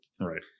Right